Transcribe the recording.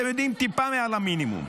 אתם יודעים, טיפה מעל המינימום.